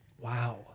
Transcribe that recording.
wow